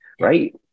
right